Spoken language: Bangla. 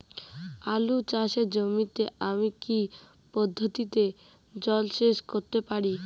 আলু চাষে জমিতে আমি কী পদ্ধতিতে জলসেচ করতে পারি?